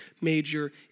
major